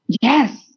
yes